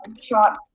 shot